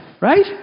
Right